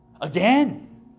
Again